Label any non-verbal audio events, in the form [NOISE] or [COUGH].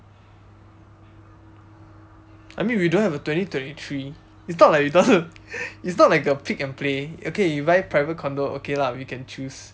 I mean we don't have a twenty twenty three it's not like we don't want to [LAUGHS] it's not like the pick and play okay you buy private condo okay lah we can choose